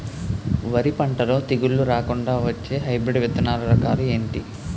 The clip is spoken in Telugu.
వరి పంటలో తెగుళ్లు రాకుండ వచ్చే హైబ్రిడ్ విత్తనాలు రకాలు ఏంటి?